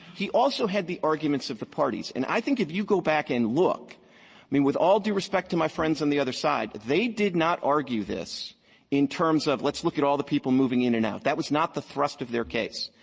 he also had the arguments of the parties, and i think if you go back and look i mean, with all due respect to my friends on the other side, they did not argue this in terms of, let's look at all the people moving in and out. that was not the thrust of their case.